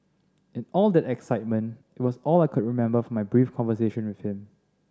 in all that excitement it was all I could remember from my brief conversation with him